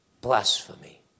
blasphemy